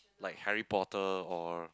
like Harry-Potter or